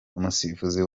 umusifuzi